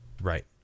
Right